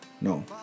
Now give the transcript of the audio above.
No